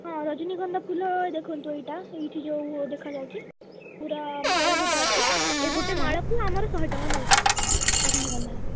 ଆଉ ରଜନୀଗନ୍ଧା ଫୁଲ ଦେଖନ୍ତୁ ଏଇଟା ଏଇଠି ଯେଉଁ ଦେଖାଯାଉଛି ପୁରା ମାଳ ଗୋଟେ ଅଛି ଏ ଗୋଟେ ମାଳକୁ ଆମର ଶହେ ଟଙ୍କା ନଉଛୁ ରଜନୀଗନ୍ଧାର